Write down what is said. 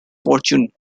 fortune